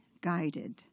guided